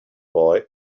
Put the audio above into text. boy